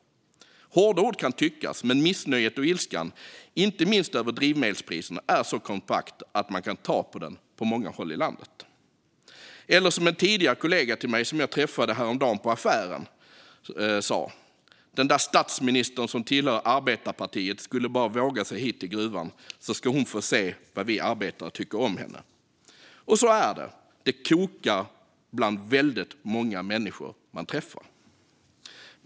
Det är hårda ord, kan tyckas, men missnöjet och ilskan, inte minst över drivmedelspriserna, är så kompakta att de på många håll i landet går att ta på. Som en tidigare kollega till mig sa när jag träffade honom i affären häromdagen: Den där statsministern som tillhör arbetarpartiet skulle bara våga sig hit till gruvan, så ska hon få se vad vi arbetare tycker om henne. Så är det. Det kokar bland väldigt många människor man träffar.